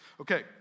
Okay